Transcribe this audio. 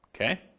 Okay